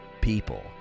people